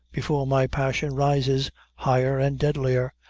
before my passion rises higher and deadlier.